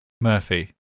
Murphy